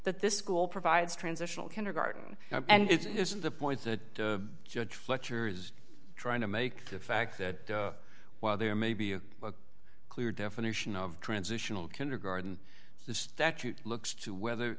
that this school provides transitional kindergarten and this is the point the judge fletcher is trying to make the fact that while there may be a clear definition of transitional kindergarden the statute looks to whether